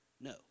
no